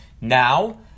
now